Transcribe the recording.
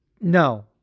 no